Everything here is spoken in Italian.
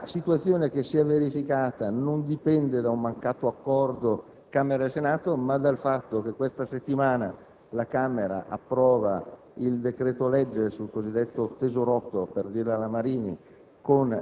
La situazione che si è verificata non dipende da un mancato accordo Camera-Senato, ma dal fatto che questa settimana la Camera approverà il decreto-legge sul cosiddetto "tesorotto" - per dirla come il